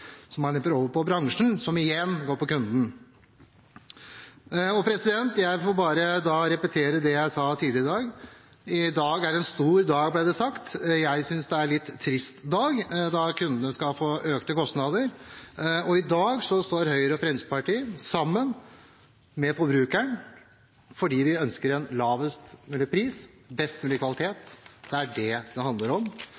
over på bransjen, noe som igjen går ut over kunden. Jeg får bare repetere det jeg sa tidligere i dag. I dag er en stor dag, ble det sagt. Jeg synes det er en litt trist dag, da kundene skal få økte kostnader. I dag står Høyre og Fremskrittspartiet sammen med forbrukeren fordi vi ønsker en lavest mulig pris og best mulig kvalitet. Det er det det handler om.